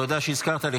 תודה שהזכרת לי.